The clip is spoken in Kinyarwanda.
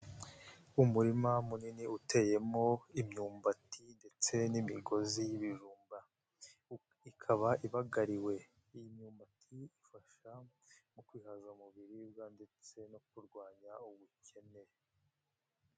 Umurima munini uteyemo imyumbati ndetse n'imigozi y'ibijumba, ikaba ibagariwe, imyumbati ifasha mu kwihaza mu biribwa ndetse no kurwanya ubukene.